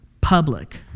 Public